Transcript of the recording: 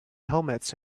helmets